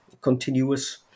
continuous